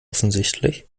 offensichtlich